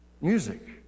music